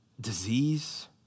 Disease